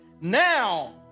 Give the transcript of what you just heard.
Now